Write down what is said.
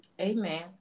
Amen